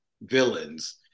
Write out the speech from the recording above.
villains